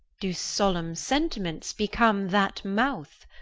do solemn sentiments become that mouth?